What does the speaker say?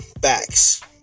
backs